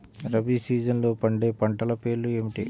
రబీ సీజన్లో పండే పంటల పేర్లు ఏమిటి?